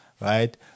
right